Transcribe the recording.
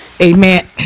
Amen